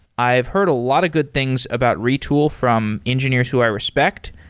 i've heard a lot of good things about retool from engineers who i respect.